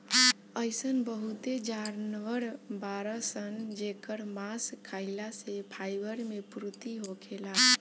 अइसन बहुते जानवर बाड़सन जेकर मांस खाइला से फाइबर मे पूर्ति होखेला